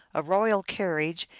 a royal carriage,